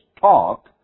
talk